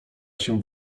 się